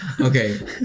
Okay